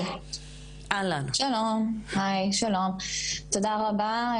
תודה רבה,